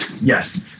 Yes